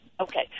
Okay